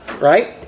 right